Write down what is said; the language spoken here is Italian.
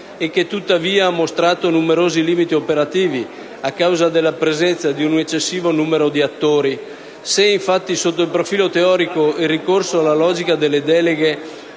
e che tuttavia ha mostrato numerosi limiti operativi a causa della presenza di un eccessivo numero di attori; se, infatti, sotto il profilo teorico il ricorso alla logica delle deleghe